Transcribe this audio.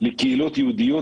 לקהילות יהודיות,